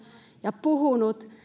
ja puhunut